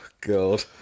God